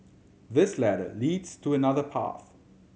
this ladder leads to another path